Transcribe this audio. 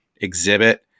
exhibit